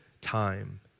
time